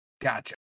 Gotcha